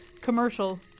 commercial